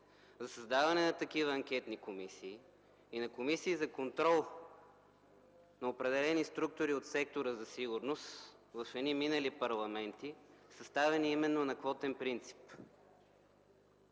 за създаване на такива анкетни комисии и на комисии за контрол на определени структури от сектора за сигурност в минали парламенти, съставени именно на квотен принцип.